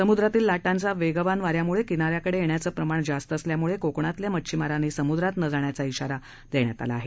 समुद्रातील लाटांचं वेगवान वा यामुळे किना याकडे येण्याचं प्रमाण जास्त असल्यामुळे कोकणातील मच्छिमारांनी समुद्रात न जाण्याचा श्रारा देण्यात आला आहे